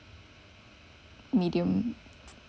medium